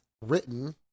written